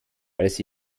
als